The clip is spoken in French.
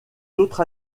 autres